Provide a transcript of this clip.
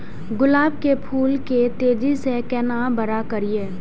गुलाब के फूल के तेजी से केना बड़ा करिए?